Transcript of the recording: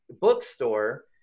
bookstore